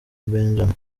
benjame